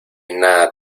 nada